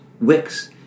wicks